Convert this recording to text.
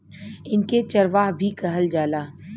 इनके चरवाह भी कहल जाला